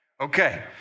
Okay